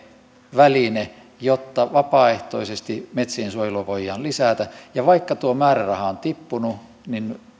väline jotta vapaaehtoisesti metsiensuojelua voidaan lisätä ja vaikka tuo määräraha on tippunut niin